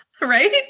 Right